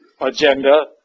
agenda